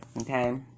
okay